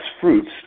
fruits